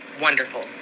wonderful